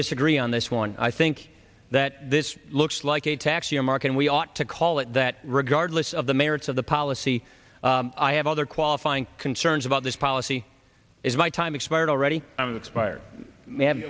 disagree on this one i think that this looks like a tax year mark and we ought to call it that regardless of the merits of the policy i have other qualifying concerns about this policy is my time expired already expire